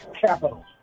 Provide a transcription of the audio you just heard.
Capital